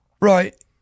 Right